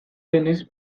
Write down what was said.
denez